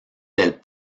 del